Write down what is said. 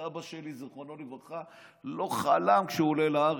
סבא שלי, זיכרונו לברכה, לא חלם, כשהוא עלה לארץ.